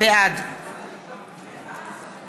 בעד